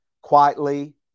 quietly